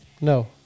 No